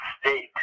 state